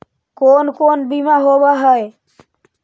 कोन कोन बिमा होवय है?